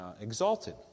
exalted